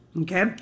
Okay